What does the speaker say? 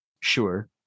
Sure